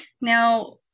Now